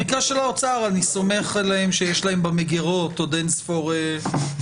במקרה של האוצר אני סומך עליהם שיש להם במגרות עוד אין ספור רעיונות,